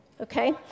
okay